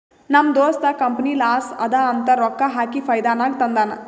ನಮ್ ದೋಸ್ತ company loss ಅದಾ ಅಂತ ರೊಕ್ಕಾ ಹಾಕಿ ಫೈದಾ ನಾಗ್ ತಂದಾನ್